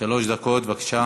שלוש דקות, בבקשה.